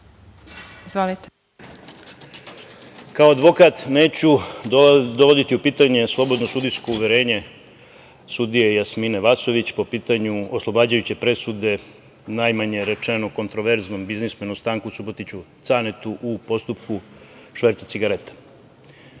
Glišić** Kao advokat, neću dovoditi u pitanje slobodno sudijsko uverenje sudije Jasmine Vasović po pitanju oslobađajuće presude, najmanje rečeno, kontroverznom biznismenu Stanku Subotiću Canetu u postupku šverca cigareta. Nisam